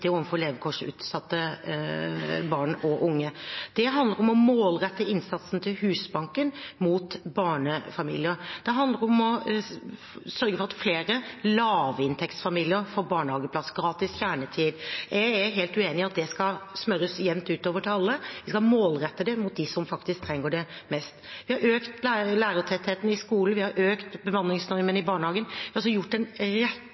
levekårsutsatte barn og unge. Det handler om å målrette innsatsen til Husbanken mot barnefamilier, og det handler om å sørge for at flere lavinntektsfamilier får barnehageplass og gratis kjernetid. Jeg er helt uenig i at det skal smøres jevnt utover til alle. Vi skal målrette det mot dem som faktisk trenger det mest. Vi har økt lærertettheten i skolen, og vi har økt bemanningsnormen i barnehagen. Vi har altså gjort en